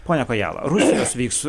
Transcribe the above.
pone kojala rusijos veiks